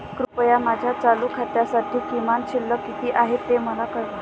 कृपया माझ्या चालू खात्यासाठी किमान शिल्लक किती आहे ते मला कळवा